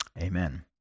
Amen